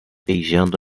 beijando